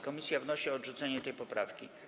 Komisja wnosi o odrzucenie tej poprawki.